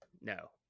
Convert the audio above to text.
no